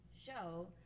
show